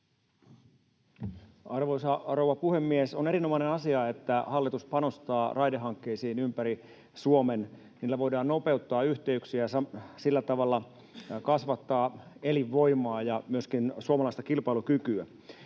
Arvoisa rouva puhemies! On erinomainen asia, että hallitus panostaa raidehankkeisiin ympäri Suomen. Niillä voidaan nopeuttaa yhteyksiä ja sillä tavalla kasvattaa elinvoimaa ja myöskin suomalaista kilpailukykyä.